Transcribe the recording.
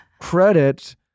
credit